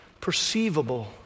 perceivable